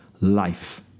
life